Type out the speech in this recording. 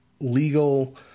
legal